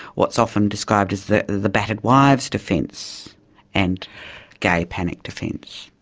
what's often described as the the battered wives defence and gay panic defence?